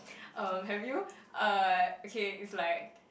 um have you uh okay it's like